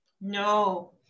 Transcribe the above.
No